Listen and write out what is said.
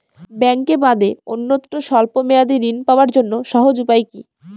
ব্যাঙ্কে বাদে অন্যত্র স্বল্প মেয়াদি ঋণ পাওয়ার জন্য সহজ উপায় কি?